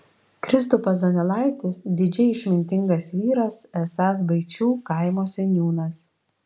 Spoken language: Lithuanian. kristupas donelaitis didžiai išmintingas vyras esąs baičių kaimo seniūnas